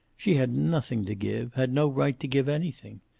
she had nothing to give, had no right to give anything.